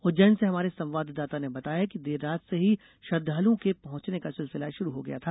उज्जैन से हमारे संवाददाता ने बताया है कि देर रात से ही श्रद्धालुओं के पहंचने का सिलसिला शुरू हो गया था